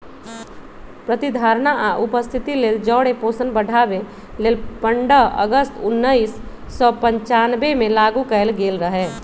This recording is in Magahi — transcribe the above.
प्रतिधारणा आ उपस्थिति लेल जौरे पोषण बढ़ाबे लेल पंडह अगस्त उनइस सौ पञ्चानबेमें लागू कएल गेल रहै